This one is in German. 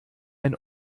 ein